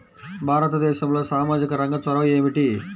భారతదేశంలో సామాజిక రంగ చొరవ ఏమిటి?